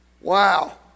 Wow